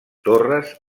torres